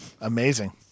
Amazing